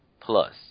plus